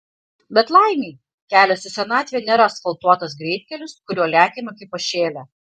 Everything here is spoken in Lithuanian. bet laimei kelias į senatvę nėra asfaltuotas greitkelis kuriuo lekiame kaip pašėlę